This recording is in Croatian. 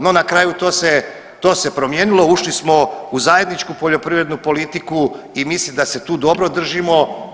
No na kraju to se promijenilo, ušli smo u zajedničku poljoprivrednu politiku i mislim da se tu dobro držimo.